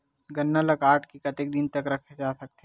गन्ना ल काट के कतेक दिन तक रखे जा सकथे?